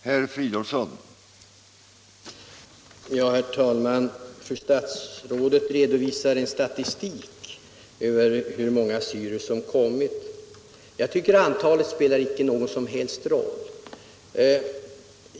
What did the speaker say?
Herr talman! Fru statsrådet redovisar en statistik över hur många assyrier som kommit hit. Jag tycker inte att antalet spelar någon roll.